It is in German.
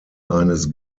eines